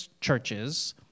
churches